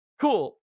cool